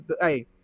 hey